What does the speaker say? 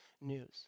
news